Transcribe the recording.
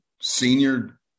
senior